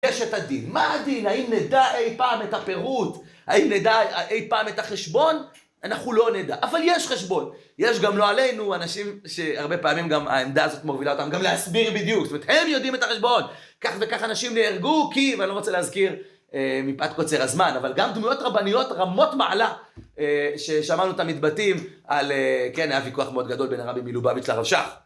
יש את הדין. מה הדין? האם נדע אי פעם את הפירוט? האם נדע אי פעם את החשבון? אנחנו לא נדע, אבל יש חשבון. יש גם, לא עלינו, אנשים שהרבה פעמים גם העמדה הזאת מובילה אותם גם להסביר בדיוק. זאת אומרת, הם יודעים את החשבון. כך וכך אנשים נהרגו, כי, אם אני לא רוצה להזכיר מפאת קוצר הזמן, אבל גם דמויות רבניות רמות מעלה ששמענו תמיד בתים על, כן, היה ויכוח מאוד גדול בין הרבים מילובביץ לרב שח.